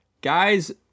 Guys